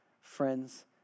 Friends